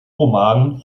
roman